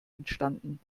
entstanden